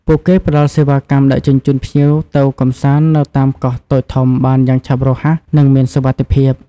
ពួកគេផ្តល់សេវាកម្មដឹកជញ្ជូនភ្ញៀវទៅកម្សាន្តនៅតាមកោះតូចធំបានយ៉ាងឆាប់រហ័សនិងមានសុវត្ថិភាព។